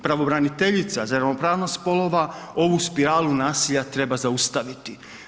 Pravobraniteljici za ravnopravnost spolova ovu spiralu nasilja treba zaustaviti.